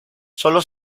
solo